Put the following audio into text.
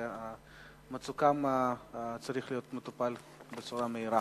ובגלל מצוקתם זה צריך להיות מטופל בצורה מהירה.